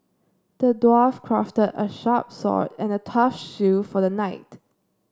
the dwarf crafted a sharp sword and a tough shield for the knight